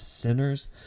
sinners